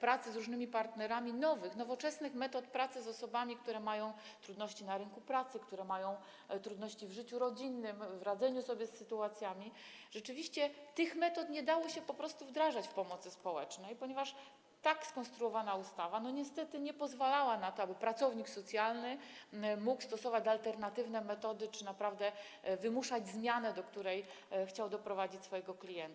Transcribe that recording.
pracy z różnymi partnerami nowych, nowoczesnych metod pracy z osobami, które mają trudności na rynku pracy, które mają trudności w życiu rodzinnym, w radzeniu sobie z sytuacjami, i rzeczywiście tych metod nie dało się po prostu wdrażać w pomocy społecznej, ponieważ tak skonstruowana ustawa niestety nie pozwalała na to, aby pracownik socjalny mógł stosować alternatywne metody czy naprawdę wymuszać zmianę, do której chciał doprowadzić swojego klienta.